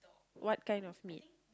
what kind of meat